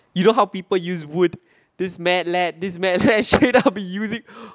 you know people use wood this mad lad~ this mad lad~ straight up using